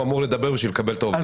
אמור לדבר בשביל לקבל את העובדים האלה.